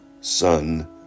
son